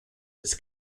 its